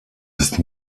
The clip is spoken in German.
ist